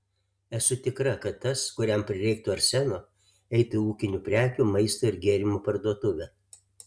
esu tikra kad tas kuriam prireiktų arseno eitų į ūkinių prekių maisto ir gėrimų parduotuvę